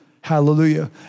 Hallelujah